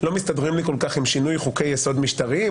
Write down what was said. מסתדרות לי עם שינוי חוקי יסוד משטרתיים.